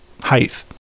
height